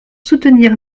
soutenir